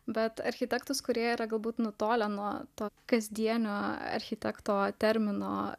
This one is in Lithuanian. bet architektus kurie yra galbūt nutolę nuo to kasdienio architekto termino